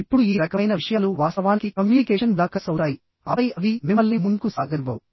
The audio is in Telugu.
ఇప్పుడు ఈ రకమైన విషయాలు వాస్తవానికి కమ్యూనికేషన్ బ్లాకర్స్ అవుతాయి ఆపై అవి మిమ్మల్ని ముందుకు సాగనివ్వవు